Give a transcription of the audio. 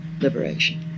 liberation